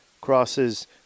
crosses